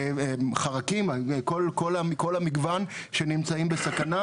חרקים וכל המגוון שנמצאים בסכנה.